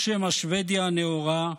שמא שבדיה הנאורה,